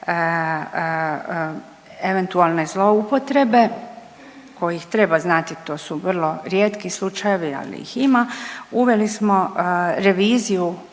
eventualne zloupotrebe kojih treba znati, to su vrlo rijetki slučajevi, ali ih ima, uveli smo reviziju